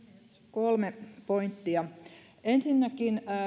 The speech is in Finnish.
kolme pointtia ensinnäkin